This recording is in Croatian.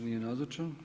Nije nazočan.